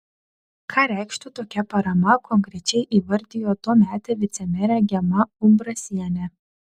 ką reikštų tokia parama konkrečiai įvardijo tuometė vicemerė gema umbrasienė